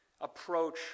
approach